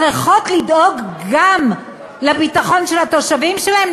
צריכות לדאוג גם לביטחון של התושבים שלהן?